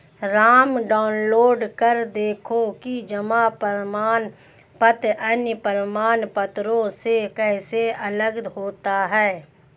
Ram download कर देखो कि जमा प्रमाण पत्र अन्य प्रमाण पत्रों से कैसे अलग होता है?